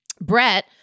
Brett